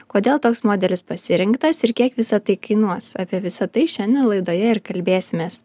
kodėl toks modelis pasirinktas ir kiek visa tai kainuos apie visa tai šiandien laidoje ir kalbėsimės